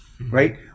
right